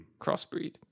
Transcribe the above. crossbreed